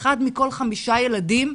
אחד מכל חמישה ילדים,